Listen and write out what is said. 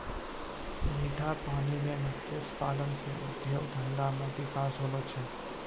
मीठा पानी मे मत्स्य पालन से उद्योग धंधा मे बिकास होलो छै